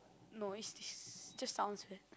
no it's this just sounds weird